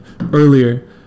earlier